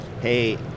hey